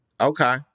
Okay